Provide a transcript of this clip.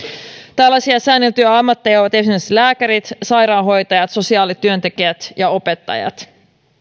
tällaisia säänneltyjä ammatteja ovat esimerkiksi lääkärit sairaanhoitajat sosiaalityöntekijät ja opettajat